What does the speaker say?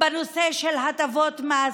בנושא של הטבות מס,